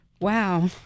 Wow